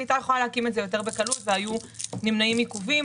הייתה יכולה להקים את זה ביתר קלות והיו נמנעים עיכובים,